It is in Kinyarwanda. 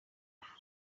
ariko